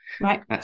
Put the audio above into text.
Right